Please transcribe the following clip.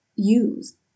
use